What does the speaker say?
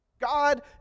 God